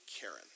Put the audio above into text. Karen